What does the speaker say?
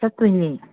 ꯆꯠꯇꯣꯏꯅꯦ